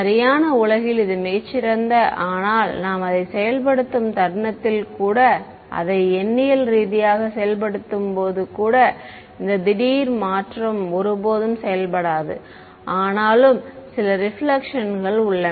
சரியான உலகில் இது மிகச் சிறந்த ஆனால் நான் அதைச் செயல்படுத்தும் தருணத்தில் கூட அதை எண்ணியல் ரீதியாகச் செயல்படுத்தும்போது கூட இந்த திடீர் மாற்றம் ஒருபோதும் செயல்படாது ஆனாலும் சில ரெபிலேக்ஷன்கள் உள்ளன